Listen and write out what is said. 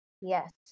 Yes